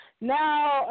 Now